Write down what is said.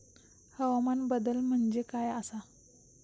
हवामान बदल म्हणजे काय आसा?